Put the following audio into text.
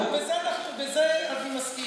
בזה אני מסכים